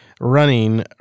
running